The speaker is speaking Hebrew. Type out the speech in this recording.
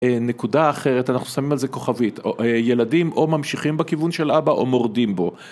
נקודה אחרת אנחנו שמים על זה כוכבית, ילדים או ממשיכים בכיוון של אבא או מורדים בו